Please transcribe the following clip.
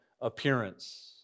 appearance